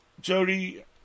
Jody